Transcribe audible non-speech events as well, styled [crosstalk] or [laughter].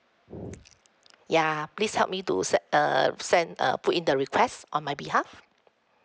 [breath] [noise] ya please help me to set err send uh put in the request on my behalf